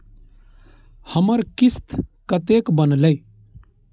हमर किस्त कतैक बनले?